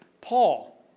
Paul